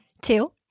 two